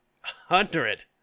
Hundred